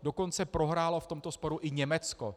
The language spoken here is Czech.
Dokonce prohrálo v tomto sporu i Německo.